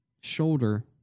shoulder